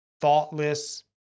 thoughtless